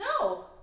No